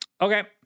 Okay